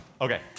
Okay